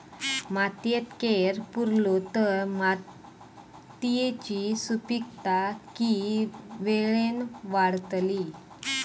मातयेत कैर पुरलो तर मातयेची सुपीकता की वेळेन वाडतली?